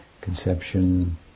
conception